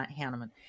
Hanneman